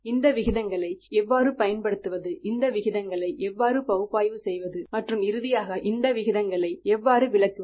இந்த விகிதங்களை எவ்வாறு பயன்படுத்துவது இந்த விகிதங்களை எவ்வாறு பகுப்பாய்வு செய்வது மற்றும் இறுதியாக இந்த விகிதங்களை எவ்வாறு விளக்குவது